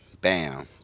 Bam